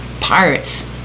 Pirates